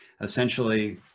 essentially